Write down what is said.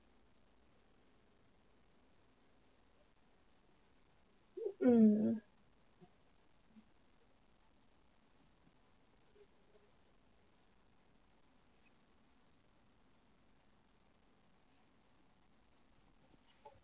mm